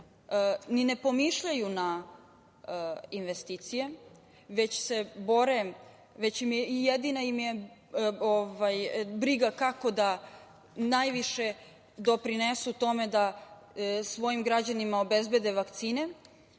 ni ne pomišljaju na investicije, jedina im je briga kako da najviše doprinesu tome da svojim građanima obezbede vakcine.